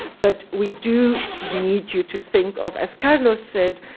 but we do need you to think of, as carlos said,